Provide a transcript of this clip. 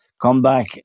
comeback